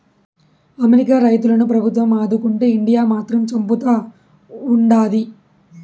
America రైతులను ప్రభుత్వం ఆదుకుంటే ఇండియా మాత్రం చంపుతా ఉండాది